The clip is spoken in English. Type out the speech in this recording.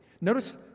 Notice